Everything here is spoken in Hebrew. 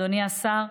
אדוני השר,